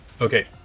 Okay